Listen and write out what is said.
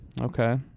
Okay